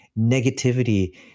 negativity